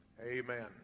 Amen